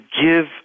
give